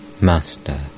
Master